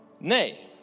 Nay